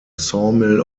sawmill